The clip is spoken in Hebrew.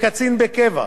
שלא בא הביתה,